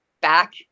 back